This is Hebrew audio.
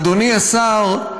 אדוני השר,